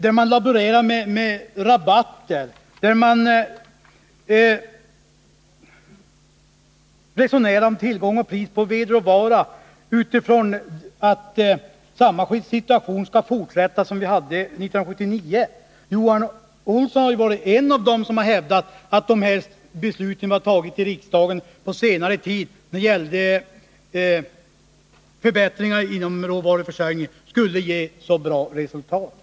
Där laborerar man med rabatter, resonerar om tillgång och pris på vedråvara utifrån att samma situation skall fortsätta som vi hade 1979. Johan Olsson har varit en av dem som hävdat, att de beslut vi tagit i riksdagen på senare tid beträffande förbättringar inom råvaruförsörjningen skulle ge bra resultat.